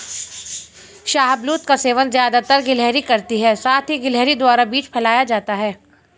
शाहबलूत का सेवन ज़्यादातर गिलहरी करती है साथ ही गिलहरी द्वारा बीज फैलाया जाता है